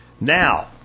now